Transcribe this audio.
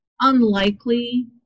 unlikely